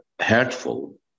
hurtful